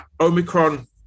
Omicron